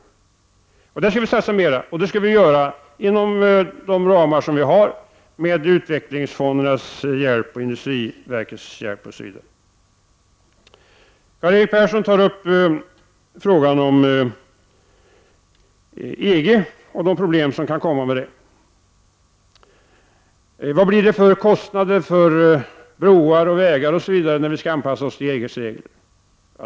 I dessa sammanhang skall vi satsa mer, och det skall vi göra inom de ramar som finns, dvs. med utvecklingsfondernas och industriverkets hjälp, osv. Karl-Erik Persson tog upp frågan om EG-anpassning och de problem som denna anpassning kan innebära. Han frågade vilka kostnader Sverige kommer att få för broar, vägar, osv. när Sverige skall anpassa sig till EGs regler.